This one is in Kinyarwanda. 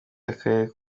y’akarere